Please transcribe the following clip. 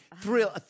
thrill